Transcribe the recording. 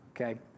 Okay